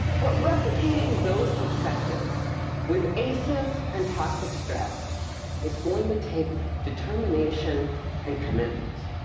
but replicating those successes with aces and toxic stress is going to take determination and commitment,